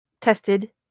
tested